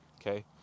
Okay